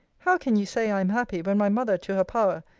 how can you say i am happy, when my mother, to her power,